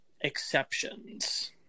exceptions